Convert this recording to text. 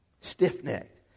stiff-necked